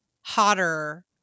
hotter